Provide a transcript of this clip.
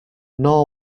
nor